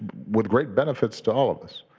with great benefits to all of us.